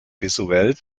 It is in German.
visuell